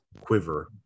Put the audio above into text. quiver